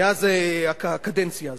מאז הקדנציה הזאת.